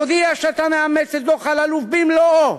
תודיע שאתה מאמץ את דוח אלאלוף במלואו,